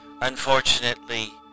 Unfortunately